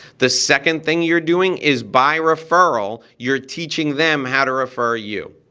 the second thing you're doing is by referral you're teaching them how to refer you.